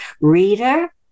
Reader